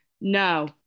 No